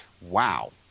Wow